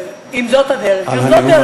אם זו הדרך, גם זו דרך, אתה יודע.